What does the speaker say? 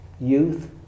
youth